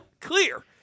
Clear